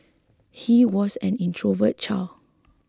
he was an introverted child